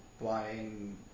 buying